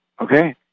Okay